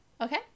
Okay